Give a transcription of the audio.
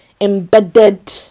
embedded